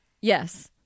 Yes